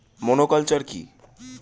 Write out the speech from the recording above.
Monoculture কি?